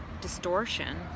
distortion